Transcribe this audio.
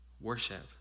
Worship